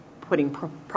putting